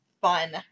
fun